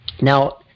Now